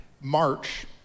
March